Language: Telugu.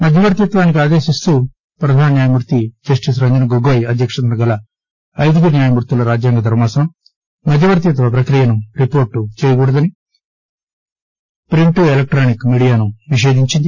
మధ్యవర్తిత్వానికి ఆదేశిస్తూ ప్రధాన న్యాయమూర్తి జస్టీస్ రంజన్ గొగోయ్ అధ్యక్షతన గల ఐదుగురు న్యాయమూర్తుల రాజ్యాంగ ధర్మాసనం మధ్యవర్తిత్వ ప్రక్రియను రిపోర్ట్ చేయకూడదని ప్రింట్ ఎలక్టానిక్ మీడియాను నిషేధించింది